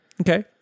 Okay